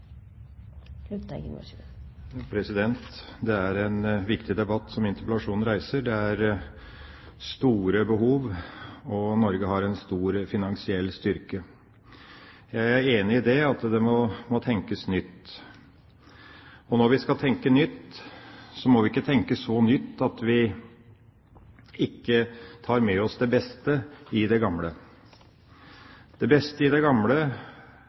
Norge har en stor finansiell styrke. Jeg er enig i at det må tenkes nytt. Når vi skal tenke nytt, må vi ikke tenke så nytt at vi ikke tar med oss det beste i det gamle. Det beste i det gamle